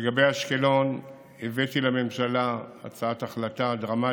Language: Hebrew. ולגבי אשקלון הבאתי לממשלה הצעת החלטה דרמטית,